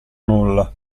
nulla